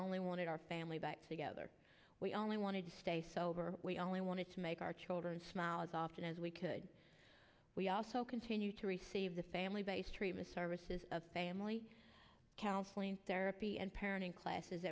only wanted our family back together we only wanted to stay sober we only wanted to make our children smiles often as we could we also continue receive the family based treatment services family counseling therapy and parenting classes